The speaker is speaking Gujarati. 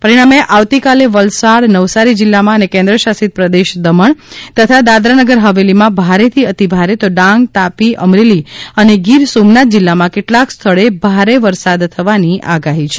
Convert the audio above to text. પરિણામે આવતીકાલે વલસાડ નવસારી જિલ્લામાં અને કેન્દ્ર શાસિત પ્રદેશ દમણ તથા દાદરાનગર હવેલીમાં ભારેથી અતિભારે તો ડાંગ તાપી અમરેલી અને ગીર સોમનાથ જિલ્લામાં કેટલાંક સ્થળે ભારે વરસાદ થવાની આગાહી છે